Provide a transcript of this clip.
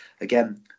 Again